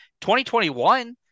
2021